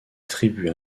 tribu